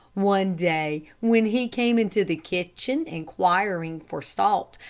one day when he came into the kitchen inquiring for salt,